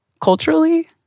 culturally